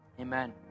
amen